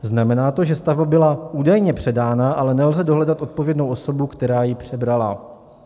Znamená to, že stavba byla údajně předána, ale nelze dohledat odpovědnou osobu, která ji přebrala.